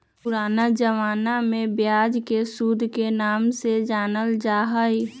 पुराना जमाना में ब्याज के सूद के नाम से जानल जा हलय